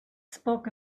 spoke